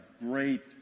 great